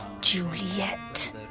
Juliet